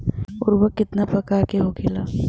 उर्वरक कितना प्रकार के होखेला?